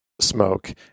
smoke